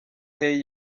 hey